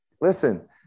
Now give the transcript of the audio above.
listen